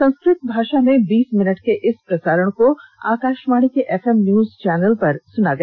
संस्कृत भाषा में बीस मिनट के इस प्रसारण को आकाषवाणी के एफएमन्यूज चैनल पर सुना गया